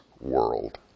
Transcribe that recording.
world